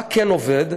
מה כן עובד?